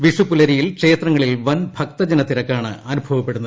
വിഷുപ്പുലരിയിൽ ക്ഷേത്രങ്ങളിൽ വൻ ഭക്തജനത്തിരക്കാണ് അനുഭവപ്പെടുന്നത്